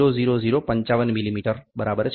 00055 millimetre બરાબર છે